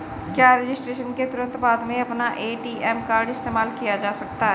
क्या रजिस्ट्रेशन के तुरंत बाद में अपना ए.टी.एम कार्ड इस्तेमाल किया जा सकता है?